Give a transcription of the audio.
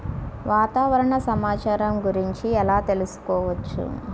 వాతావరణ సమాచారము గురించి ఎలా తెలుకుసుకోవచ్చు?